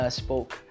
spoke